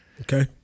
Okay